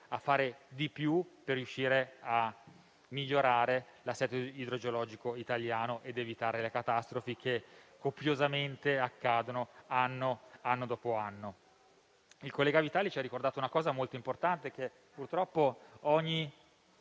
a fare di più, per migliorare l'assetto idrogeologico italiano ed evitare le catastrofi che copiosamente accadono anno dopo anno. Il collega Vitali ci ha ricordato una questione molto importante e che purtroppo in